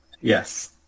yes